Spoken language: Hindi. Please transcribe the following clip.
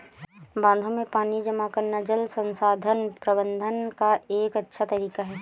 बांधों में पानी जमा करना जल संसाधन प्रबंधन का एक अच्छा तरीका है